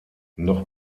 noch